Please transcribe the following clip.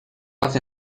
hace